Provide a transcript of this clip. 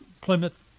Plymouth